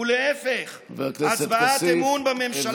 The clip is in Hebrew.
ולהפך: הצבעת אמון בממשלה,